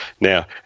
Now